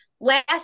last